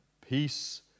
Peace